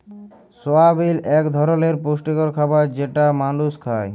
সয়াবিল এক ধরলের পুষ্টিকর খাবার যেটা মালুস খায়